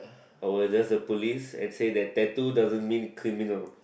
I will address the police and say that tattoo doesn't mean criminal